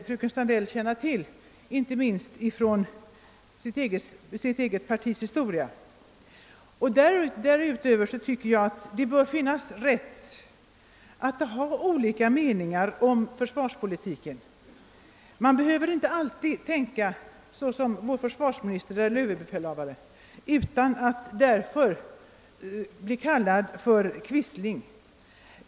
Fröken Sandell borde förstå detta, inte minst med tanke på sitt eget partis historia. Därutöver anser jag att det bör finnas en rätt att hysa olika meningar om försvarspolitiken. Man skall inte alltid, så snart man inte tänker på samma sätt som vår försvarsminister eller överbefälhavare, behöva bli kallad quisling.